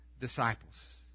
disciples